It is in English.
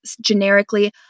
generically